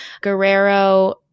Guerrero